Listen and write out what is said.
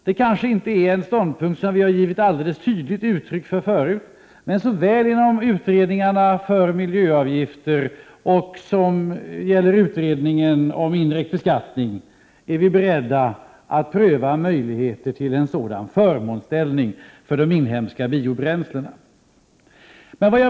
Det är kanske inte en ståndpunkt som vi helt tydligt har givit uttryck för förut, men vi är såväl inom utredningen om miljöavgifter som inom utredningen om indirekt beskattning beredda att pröva möjligheten till en sådan förmånsställning för de inhemska biobränslena.